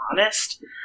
honest